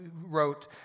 wrote